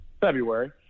February